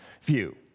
view